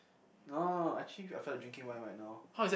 no no no actually I feel like drinking wine right now